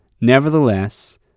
Nevertheless